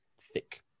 thick